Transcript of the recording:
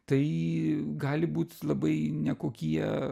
tai gali būt labai nekokie